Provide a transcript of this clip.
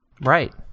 Right